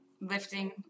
lifting